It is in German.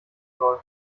soll